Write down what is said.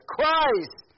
Christ